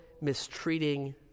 mistreating